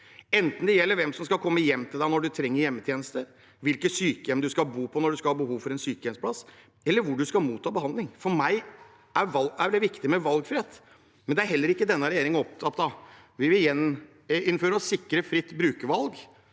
enten det gjelder hvem som skal komme hjem til deg når man trenger hjemmetjeneste, hvilket sykehjem man skal bo på når man har behov for en sykehjemsplass, eller hvor man skal motta behandling. For meg er det viktig med valgfrihet, men det er ikke dagens regjering opptatt av. Vi vil gjeninnføre og sikre ordningen